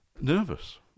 nervous